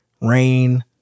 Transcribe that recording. rain